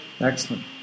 Excellent